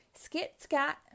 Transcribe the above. skit-scat